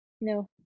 No